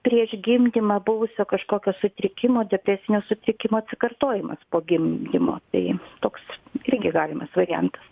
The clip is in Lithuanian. prieš gimdymą buvusio kažkokio sutrikimo depresinio sutikimo atsikartojimas po gimdymo tai toks irgi galimas variantas